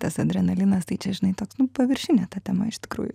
tas adrenalinas tai čia žinai toks paviršinė ta tema iš tikrųjų